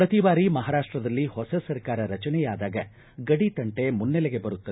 ಪ್ರತಿ ಬಾರಿ ಮಹಾರಾಷ್ಟದಲ್ಲಿ ಹೊಸ ಸರ್ಕಾರ ರಚನೆಯಾದಾಗ ಗಡಿ ತಂಟೆ ಮುನ್ನೆಲೆಗೆ ಬರುತ್ತದೆ